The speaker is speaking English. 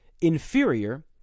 inferior